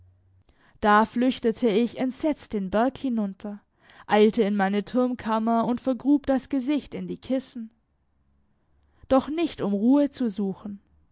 da flüchtete ich entsetzt den berg hinunter eilte in meine turmkammer und vergrub das gesicht in die kissen doch nicht um ruhe zu suchen